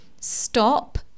stop